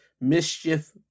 mischief